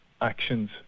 actions